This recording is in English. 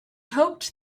hoped